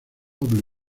doble